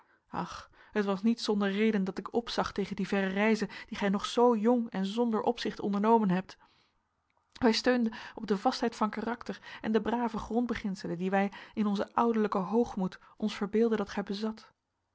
ach het was niet zonder reden dat ik opzag tegen die verre reize die gij nog zoo jong en zonder opzicht ondernomen hebt wij steunden op de vastheid van karakter en de brave grondbeginselen die wij in onzen ouderlijken hoogmoed ons verbeeldden dat gij bezat